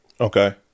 Okay